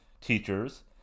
teachers